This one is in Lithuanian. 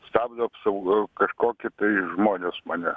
stabdo apsauga kažkoki tai žmonės mane